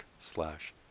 slash